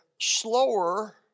slower